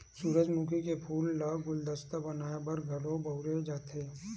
सूरजमुखी के फूल ल गुलदस्ता बनाय बर घलो बउरे जाथे